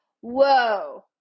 whoa